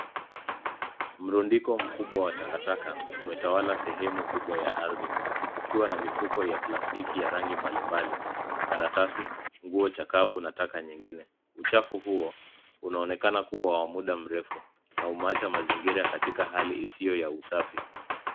Mrundiko mkubwa wa takataka umetawala sehemu kubwa ya ardhi, ukiwa na mifuko ya plastiki ya rangi mbalimbali, karatasi, nguo chakau na taka nyingine. Uchafu huo unaonekana kuwa wa muda mrefu na umewacha mazingira katika hali isiyo ya usafi.